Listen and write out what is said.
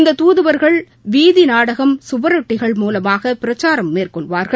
இந்தத் துதுவர்கள் வீதி நாடகம் சுவரொட்டிகள் மூலமாக பிரச்சாரம் மேற்கொள்வார்கள்